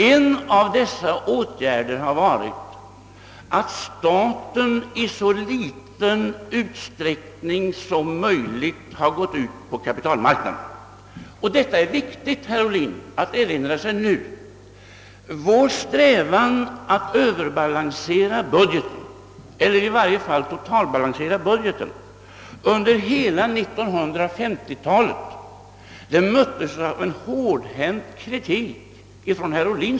En av dessa åtgärder har varit att staten i så liten utsträckning som möjligt har gått ut på kapitalmarknaden. Detta är viktigt, herr Ohlin, att nu erinra sig. Vår strävan att överbalansera budgeten — eller i varje fall totalbalansera den — under hela 1950-talet möttes ju av en hårdhänt kritik från herr Ohlin.